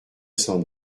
cent